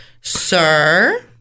sir